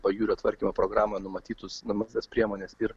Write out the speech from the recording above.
pajūrio tvarkymo programą numatytus numatytas priemones ir